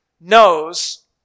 knows